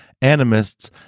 animists